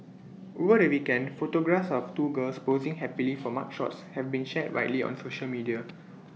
over the weekend photographs of two girls posing happily for mugshots have been shared widely on social media